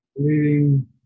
leading